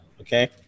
okay